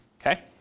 Okay